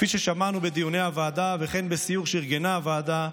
כפי ששמענו בדיוני הוועדה וכן בסיור שארגנה הוועדה,